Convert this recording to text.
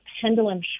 pendulum